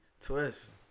twist